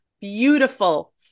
beautiful